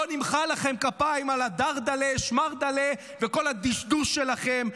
לא נמחא לכם כפיים על הדרדלה שמרדלה וכל הדשדוש שלכם.